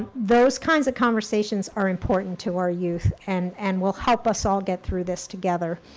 those kinds of conversations are important to our youth and and will help us all get through this together.